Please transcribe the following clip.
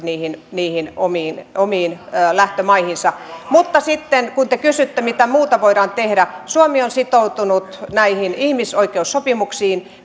omiin omiin lähtömaihinsa mutta sitten kun te kysytte mitä muuta voidaan tehdä niin suomi on sitoutunut näihin ihmisoikeussopimuksiin